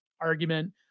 argument